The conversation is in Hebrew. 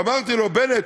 ואמרתי לו: בנט,